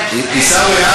עיסאווי,